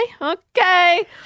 Okay